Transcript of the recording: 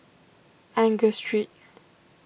Angus Street